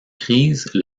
crises